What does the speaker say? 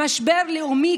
במשבר לאומי,